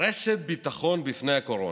רשת ביטחון בפני הקורונה.